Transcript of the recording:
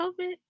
COVID